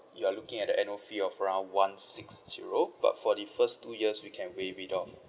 you are looking at the annual fee of around one six zero but for the first two years we can waive it off